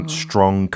strong